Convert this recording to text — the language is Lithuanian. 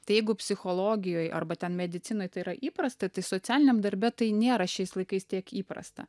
tai jeigu psichologijoj arba ten medicinoj tai yra įprasta tai socialiniam darbe tai nėra šiais laikais tiek įprasta